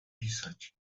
pisać